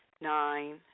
nine